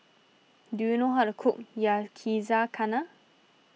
do you know how to cook Yakizakana